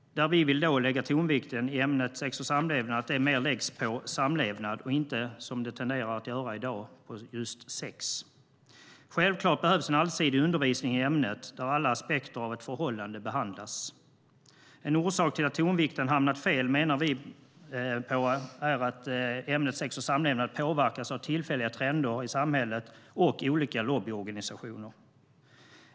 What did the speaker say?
Vi vill att tonvikten i ämnet sex och samlevnad mer läggs på samlevnad och inte, som det tenderar att göra i dag, på just sex. Självklart behövs en allsidig undervisning i ämnet där alla aspekter av ett förhållande behandlas. En orsak till att tonvikten hamnat fel menar vi är att ämnet sex och samlevnad påverkas av tillfälliga trender i samhället och av olika lobbyorganisationer.